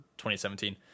2017